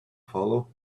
follow